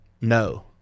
no